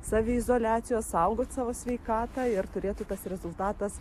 saviizoliacijos saugot savo sveikatą ir turėtų tas rezultatas